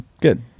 Good